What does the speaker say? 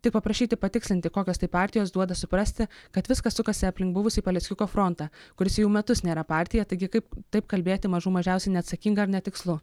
tik paprašyti patikslinti kokios tai partijos duoda suprasti kad viskas sukasi aplink buvusį paleckiuko frontą kuris jau metus nėra partija taigi kaip taip kalbėti mažų mažiausiai neatsakinga ir netikslu